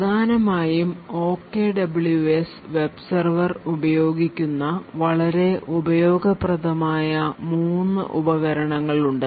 പ്രധാനമായും OKWS web server ഉപയോഗിക്കുന്ന വളരെ ഉപയോഗപ്രദമായ മൂന്ന് ഉപകരണങ്ങൾ ഉണ്ട്